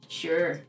sure